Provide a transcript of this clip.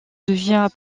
devient